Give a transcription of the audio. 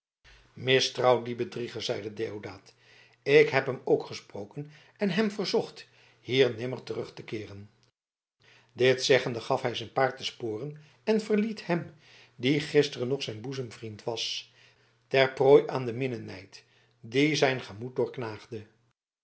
mistrouw dien bedrieger zeide deodaat ik heb hem ook gesproken en hem verzocht hier nimmer terug te keeren dit zeggende gaf hij zijn paard de sporen en verliet hem die gisteren nog zijn boezemvriend was ter prooi aan den minnenijd die zijn gemoed